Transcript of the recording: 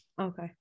okay